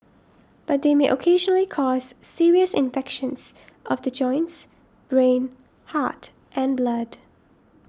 but they may occasionally cause serious infections of the joints brain heart and blood